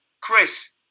Chris